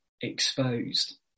exposed